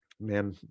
man